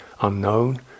unknown